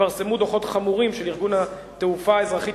התפרסמו דוחות חמורים של ארגון התעופה האזרחית